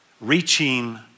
Reaching